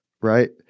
right